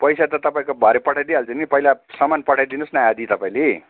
पैसा त तपाईँको भरे पठाइदिइहाल्छु नि पहिला सामान पठाइदिनुहोस् न आधा तपाईँले